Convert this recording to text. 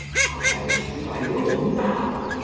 how else should i rule now?